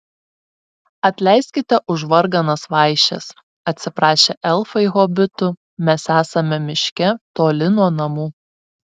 atleiskite už varganas vaišes atsiprašė elfai hobitų mes esame miške toli nuo namų